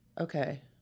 Okay